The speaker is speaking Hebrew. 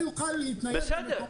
בסדר,